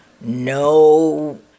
no